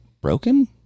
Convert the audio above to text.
broken